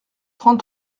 trente